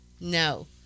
No